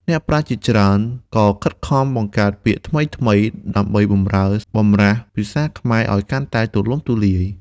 អ្នកប្រាជ្ញជាច្រើនក៏ខិតខំបង្កើតពាក្យថ្មីៗ ដើម្បីបម្រើបម្រាស់ភាសាខ្មែរឱ្យបានកាន់តែទូលំទូលាយ។